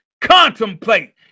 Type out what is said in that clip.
contemplate